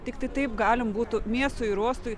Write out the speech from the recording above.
tiktai taip galim būtų miestui ir uostui